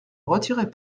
retirez